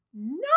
no